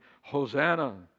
Hosanna